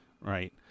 right